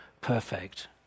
perfect